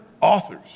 authors